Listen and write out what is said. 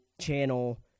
channel